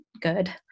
good